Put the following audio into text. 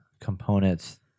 components